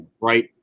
right